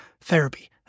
therapy